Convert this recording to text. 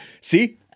See